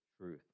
truth